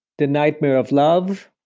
the nightmare of love,